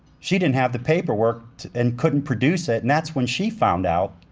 she didn't have the paperwork and couldn't produce it, and that's when she found out.